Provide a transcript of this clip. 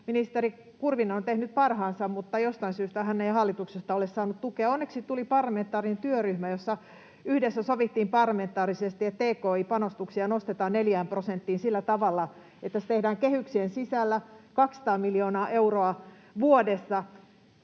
ministeri Kurvinen on tehnyt parhaansa, mutta jostain syystä hän ei hallituksesta ole saanut tukea. Onneksi tuli parlamentaarinen työryhmä, jossa yhdessä sovittiin parlamentaarisesti, että tki-panostuksia nostetaan 4 prosenttiin sillä tavalla, että se tehdään kehyksien sisällä 200 miljoonaa euroa vuodessa.